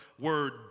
word